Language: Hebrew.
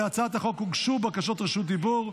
להצעת החוק הוגשו בקשות רשות דיבור,